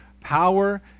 power